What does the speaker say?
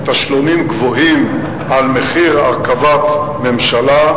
תשלומים גבוהים כמחיר הרכבת ממשלה,